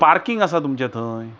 parking आसा तुमच्या थंय